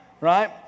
Right